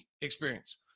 experience